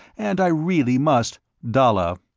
and i really must dalla,